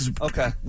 Okay